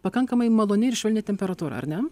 pakankamai maloni ir švelni temperatūra ar ne